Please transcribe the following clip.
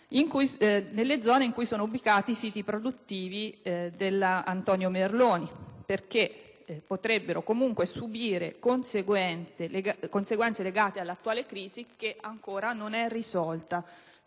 nelle zone in cui sono ubicati i siti produttivi dell'azienda Antonio Merloni SpA, che potrebbero comunque subire conseguenze legate all'attuale crisi che ancora non è risolta,